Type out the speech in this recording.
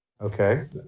Okay